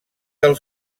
del